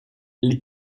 les